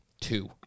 two